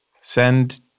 send